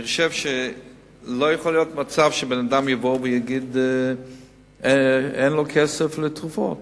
אני חושב שלא יכול להיות מצב שאדם יגיד שאין לו כסף לתרופות.